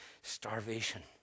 Starvation